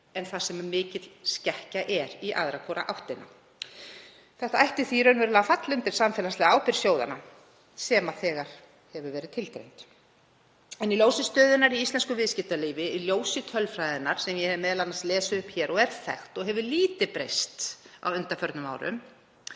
en þar sem mikil skekkja er í aðra hvora áttina. Þetta ætti því raunverulega að falla undir samfélagslega ábyrgð sjóðanna sem þegar hefur verið tilgreind. En í ljósi stöðunnar í íslensku viðskiptalífi, tölfræðinnar sem ég hef m.a. lesið upp hér og er þekkt og hefur lítið breyst á undanförnum árum,